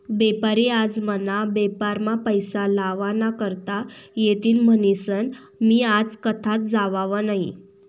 बेपारी आज मना बेपारमा पैसा लावा ना करता येतीन म्हनीसन मी आज कथाच जावाव नही